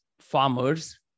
farmers